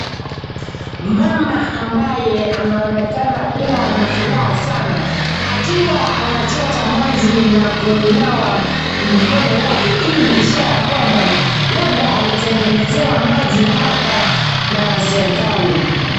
Mama ambaye anaonekana kuwa na furaha sana akiwa anachota maji na kunawa mkono yake, hii ni ishara kwamba labda alitengenezewa maji hapa na serikali.